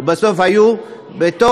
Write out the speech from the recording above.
ובסוף היו בתוך,